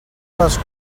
les